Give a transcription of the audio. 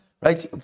Right